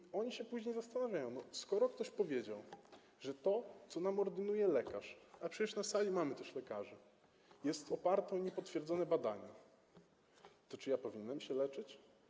I oni się później zastanawiają: Skoro ktoś powiedział, że to, co nam ordynuje lekarz, a przecież na sali mamy też lekarzy, jest oparte o niepotwierdzone badania, to czy ja powinienem się leczyć?